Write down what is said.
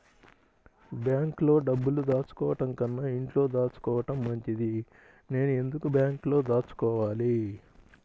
బ్యాంక్లో డబ్బులు దాచుకోవటంకన్నా ఇంట్లో దాచుకోవటం మంచిది నేను ఎందుకు బ్యాంక్లో దాచుకోవాలి?